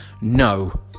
no